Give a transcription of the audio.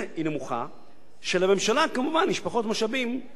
שלממשלה כמובן יש פחות משאבים להוציא על שירות ציבור.